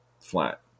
flat